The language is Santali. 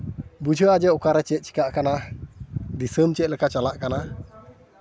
ᱵᱩᱡᱷᱟᱹᱜᱼᱟ ᱡᱮ ᱚᱠᱟᱨᱮ ᱪᱮᱫ ᱪᱤᱠᱟᱹᱜ ᱠᱟᱱᱟ ᱫᱤᱥᱚᱢ ᱪᱮᱫ ᱞᱮᱠᱟ ᱪᱟᱞᱟᱜ ᱠᱟᱱᱟ